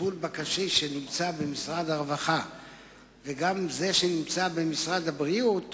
לטיפול בקשיש שנמצא במשרד הרווחה וגם את זה שנמצא במשרד הבריאות